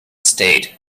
stayed